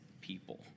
people